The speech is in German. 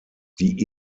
die